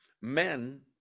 men